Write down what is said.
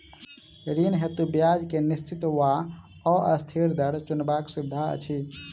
ऋण हेतु ब्याज केँ निश्चित वा अस्थिर दर चुनबाक सुविधा अछि